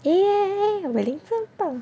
!yay! Wei Lin 不要动